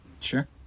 Sure